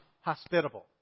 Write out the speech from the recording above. hospitable